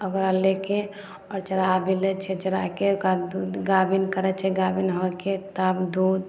ओकरा लेके आओर चारा भी लै छियै चाराके ओकरा दूध गाभिन करय छै गाभिन होके तब दूध